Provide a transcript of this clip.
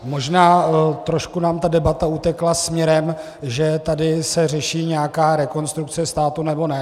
Možná trošku nám ta debata utekla směrem, že se tady řeší nějaká Rekonstrukce státu nebo ne.